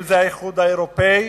אם זה האיחוד האירופי,